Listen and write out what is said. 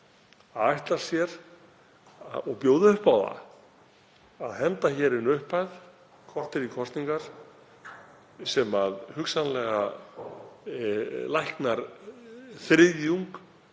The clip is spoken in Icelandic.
ætla sér að bjóða upp á að henda hér inn upphæð korter í kosningar sem hugsanlega lagar þriðjung